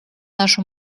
нашу